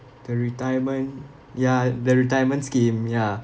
the retirement ya the retirement scheme ya